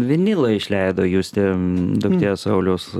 vinilą išleido justė duktė sauliaus